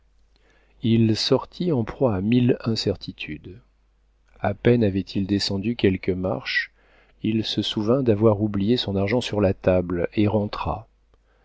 il sortit en proie à mille incertitudes a peine avait-il descendu quelques marches il se souvint d'avoir oublié son argent sur la table et rentra